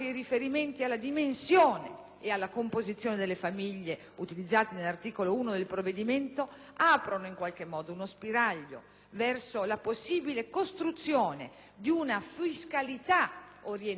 e alla composizione delle famiglie utilizzati nell'articolo 1 del provvedimento aprono in qualche modo un spiraglio verso la possibile costruzione di una fiscalità orientata al nucleo familiare: